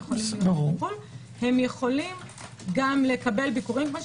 הם יכולים גם לקבל ביקורים.